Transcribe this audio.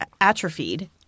atrophied